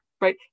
right